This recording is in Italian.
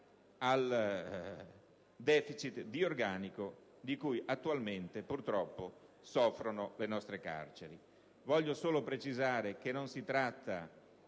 Grazie,